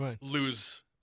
lose